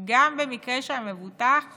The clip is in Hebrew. גם במקרה שהמבוטח